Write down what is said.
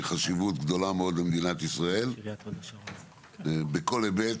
חשיבות גדולה מאוד למדינת ישראל בכל היבט,